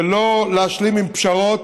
ולא להשלים עם פשרות,